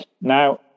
Now